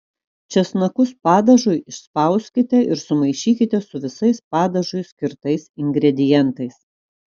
česnakus padažui išspauskite ir sumaišykite su visais padažui skirtais ingredientais